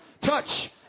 Touch